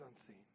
unseen